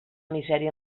misèria